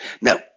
Now